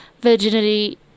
Virginity